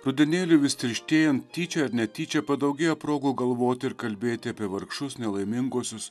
rudenėliui vis tirštėjant tyčia ar netyčia padaugėja progų galvoti ir kalbėti apie vargšus nelaiminguosius